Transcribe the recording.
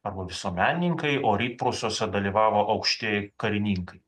arba visuomenininkai o rytprūsiuose dalyvavo aukšti karininkai